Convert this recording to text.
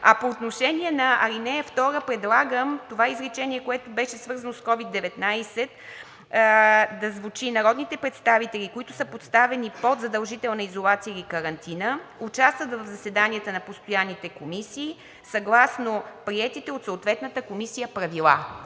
А по отношение на ал. 2 предлагам това изречение, което беше свързано с COVID-19, да звучи: „народните представители, които са поставени под задължителна изолация или карантина, участват в заседанията на постоянните комисии съгласно приетите от съответната комисия правила“.